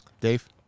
Dave